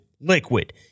Liquid